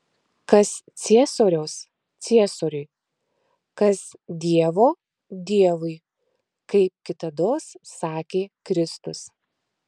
kas ciesoriaus ciesoriui kas dievo dievui kaip kitados sakė kristus